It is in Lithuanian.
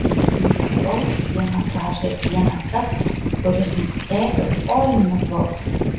nubaus vieną gražią dieną tas kuris mus stebi oi nubaus